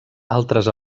altres